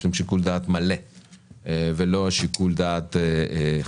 להם שיקול דעת מלא ולא שיקול דעת חלש.